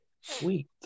Sweet